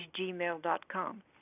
gmail.com